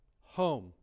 home